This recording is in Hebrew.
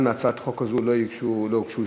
גם להצעת החוק הזאת לא הוגשו הסתייגויות,